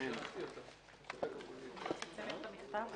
תודה רבה, הישיבה נעולה.